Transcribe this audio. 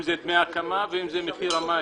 אם זה דמי הקמה ואם זה מחיר המים?